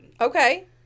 Okay